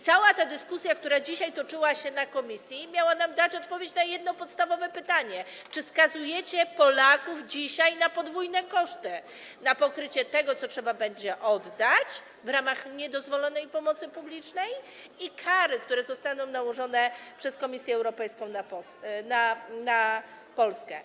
Cała ta dyskusja, która dzisiaj toczyła się w komisji, miała nam dać odpowiedź na jedno podstawowe pytanie - czy skazujecie Polaków dzisiaj na podwójne koszty, na pokrycie tego, co trzeba będzie oddać w ramach niedozwolonej pomocy publicznej, i na kary, które zostaną nałożone przez Komisję Europejską na Polskę.